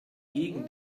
gegen